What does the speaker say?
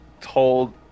told